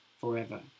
forever